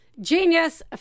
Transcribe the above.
Genius